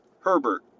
Herbert